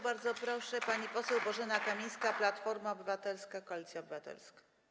Bardzo proszę, pani poseł Bożena Kamińska, Platforma Obywatelska - Koalicja Obywatelska.